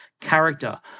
Character